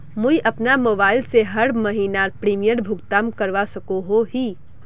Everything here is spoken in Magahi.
मुई अपना मोबाईल से हर महीनार प्रीमियम भुगतान करवा सकोहो ही?